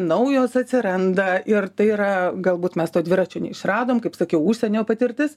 naujos atsiranda ir tai yra galbūt mes to dviračio neišradom kaip sakiau užsienio patirtis